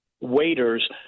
waiters